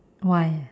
why